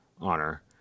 Honor